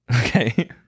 okay